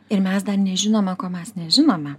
ir mes dar nežinome ko mes nežinome